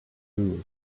who